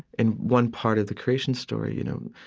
in one part of the creation story, you know,